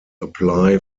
apply